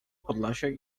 podlasiak